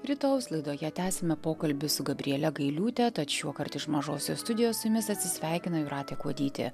rytojaus laidoje tęsime pokalbį su gabriele gailiūte tad šiuokart iš mažosios studijos su jumis atsisveikina jūratė kuodytė